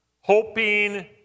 hoping